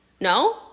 No